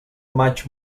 maig